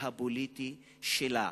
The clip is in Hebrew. והפוליטי שלה.